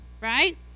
right